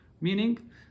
Meaning